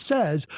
says